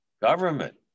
government